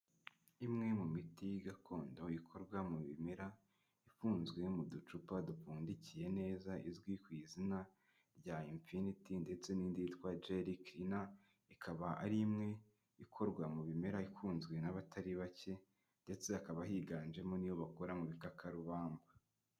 Imwe mu miti gakondo ikorwa mu bimera, ifunzwe mu ducupa dupfundikiye neza, izwi ku izina rya imfiniti, ndetse n'indi yitwa jela kilina, ikaba ari imwe ikorwa mu bimera ikunzwe n'abatari bake, ndetse hakaba higanjemo n'iyo bakora mu bikakarubamba.